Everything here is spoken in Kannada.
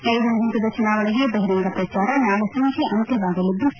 ಐದನೇ ಪಂತದ ಚುನಾವಣೆಗೆ ಬಹಿರಂಗ ಪ್ರಚಾರ ನಾಳೆ ಸಂಜೆ ಅಂತ್ಯವಾಗಲಿದ್ಲು